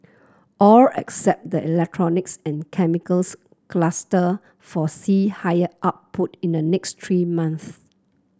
all except the electronics and chemicals cluster foresee higher output in the next three months